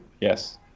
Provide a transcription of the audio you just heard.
yes